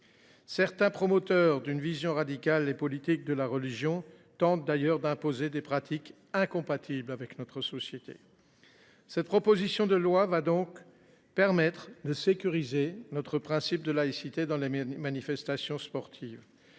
Certains promoteurs d’une vision radicale et politique de la religion tentent du reste d’imposer des pratiques incompatibles avec notre société. Cette proposition de loi permettra de sécuriser le respect du principe de laïcité lors des manifestations sportives.